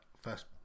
first